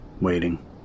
waiting